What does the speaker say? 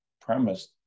premise